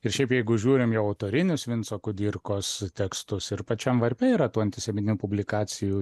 ir šiaip jeigu žiūrim į autorinius vinco kudirkos tekstus ir pačiam varpe yra tų antisemitinių publikacijų